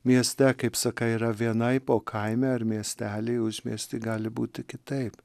mieste kaip sakai yra vienaip o kaime ar miesteliai užmiestyje gali būti kitaip